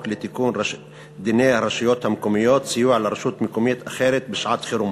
לתיקון דיני הרשויות המקומיות (סיוע לרשות מקומית אחרת בשעת-חירום).